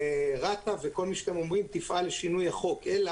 רת"א וכל מי שאתם אומרים יפעלו לשינוי החוק אלא